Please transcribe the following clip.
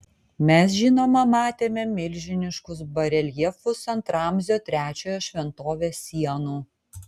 mes žinoma matėme milžiniškus bareljefus ant ramzio trečiojo šventovės sienų